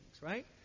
right